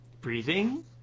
breathing